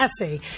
essay